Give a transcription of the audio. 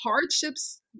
hardships